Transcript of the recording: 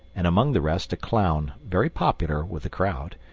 and among the rest a clown, very popular with the crowd,